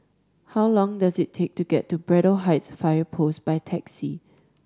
how long does it take to get to Braddell Heights Fire Post by taxi